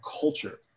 culture